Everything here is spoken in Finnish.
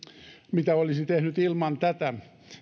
olisi tehnyt ilman tätä